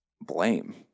blame